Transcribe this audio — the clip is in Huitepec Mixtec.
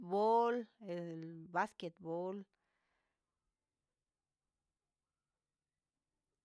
Bol he vasquet bol.